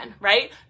right